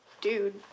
Dude